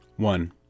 One